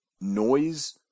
Noise